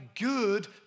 good